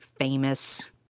famous